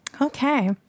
Okay